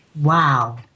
Wow